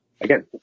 Again